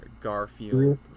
Garfield